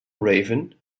raven